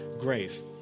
grace